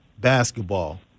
basketball